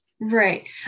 Right